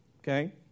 okay